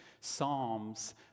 psalms